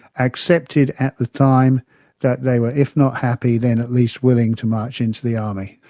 accepted at the time that they were if not happy then at least willing to march into the army.